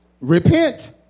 Repent